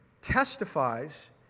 testifies